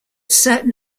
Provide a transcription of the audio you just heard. certain